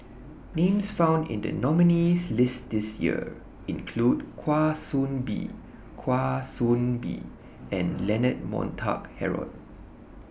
Names found in The nominees' list This Year include Kwa Soon Bee Kwa Soon Bee and Leonard Montague Harrod